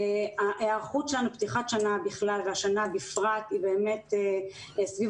ההיערכות שלנו לפתיחת שנה בכלל והשנה בפרט היא באמת סביב